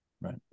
Right